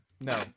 No